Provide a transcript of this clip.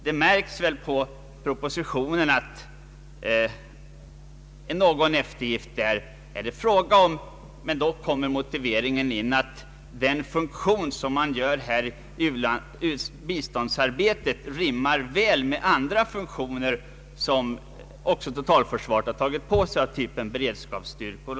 Av resonemanget framgår att det kan vara fråga om någon principiell eftergift, men i propositionens motivering framhålles att biståndsarbetet rimmar väl med andra internationella funktioner som totalförsvaret tagit på sig, t.ex. i form av beredskapsstyrkor.